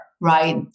right